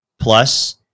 plus